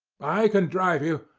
i can drive you,